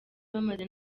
bamaze